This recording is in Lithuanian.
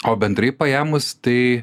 o bendrai paėmus tai